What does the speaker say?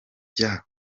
jya